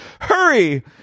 Hurry